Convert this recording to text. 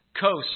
coast